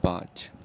پانچ